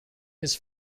his